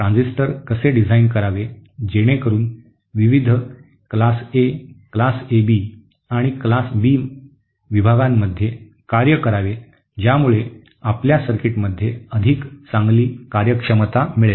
transistor कसे design करावे जेणेकरुन विविध वर्ग ए वर्ग एबी आणि वर्ग बी विभागांमध्ये कार्य करावे ज्यामुळे आपल्या सर्किटमध्ये अधिक चांगली कार्यक्षमता मिळेल